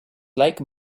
lake